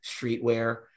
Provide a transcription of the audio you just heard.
streetwear